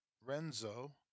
Renzo